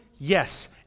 Yes